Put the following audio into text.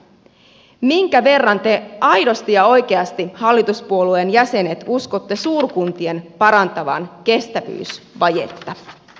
minkä verran te hallituspuolueen jäsenet aidosti ja oikeasti uskotte suurkuntien parantavan kestävyysvajetta